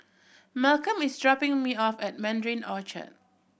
Malcolm is dropping me off at Mandarin Orchard